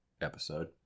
episode